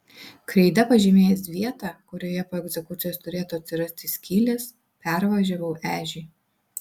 kreida pažymėjęs vietą kurioje po egzekucijos turėtų atsirasti skylės pervažiavau ežį